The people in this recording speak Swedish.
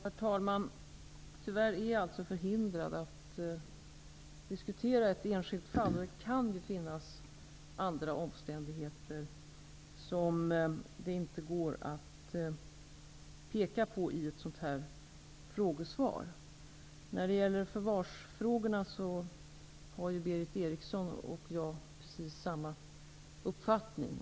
Herr talman! Jag är tyvärr förhindrad att diskutera ett enskilt fall. Det kan finnas andra omständigheter som det inte går att peka på i ett frågesvar. När det gäller frågan om förvar har Berith Eriksson och jag precis samma uppfattning.